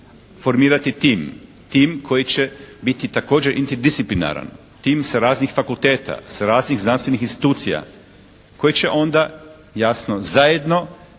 formirati tim, tim koji će biti također interdisciplinaran, tim sa raznih fakulteta, sa raznih znanstvenih institucija koji će onda jasno zajedno